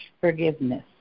forgiveness